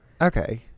okay